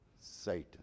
Satan